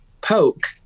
poke